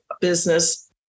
business